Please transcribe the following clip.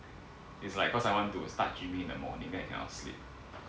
it's like cause I want to start gym-ing in the morning then cannot sleep